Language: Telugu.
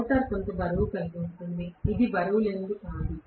రోటర్ కొంత బరువు కలిగి ఉంటుంది ఇది బరువులేనిది కాదు